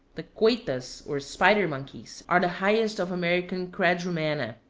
the coitas, or spider-monkeys, are the highest of american quadrumana.